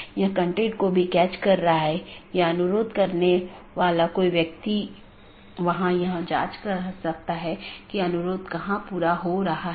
तो इसका मतलब यह है कि OSPF या RIP प्रोटोकॉल जो भी हैं जो उन सूचनाओं के साथ हैं उनका उपयोग इस BGP द्वारा किया जा रहा है